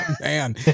Man